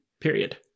Period